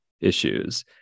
issues